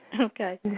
Okay